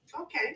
okay